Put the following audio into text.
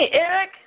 Eric